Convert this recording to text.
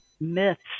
myths